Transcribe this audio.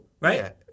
right